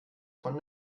von